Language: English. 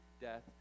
death